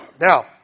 Now